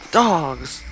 dogs